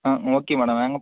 okay madam நாங்